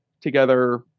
together